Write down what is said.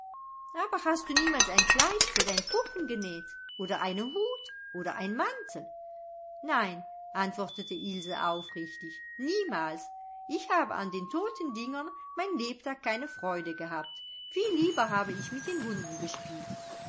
aber hast du niemals ein kleid für dein puppen genäht oder eine hut oder ein mantel nein antwortete ilse aufrichtig niemals ich habe an den toten dingern mein lebtag keine freude gehabt viel lieber habe ich mit den hunden gespielt